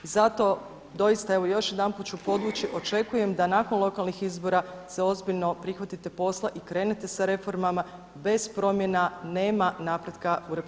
Zato doista evo još jedanput ću podvući, očekujem da nakon lokalnih izbora se ozbiljno prihvatite posla i krenete sa reformama, bez promjena nema napretka u RH.